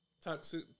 toxic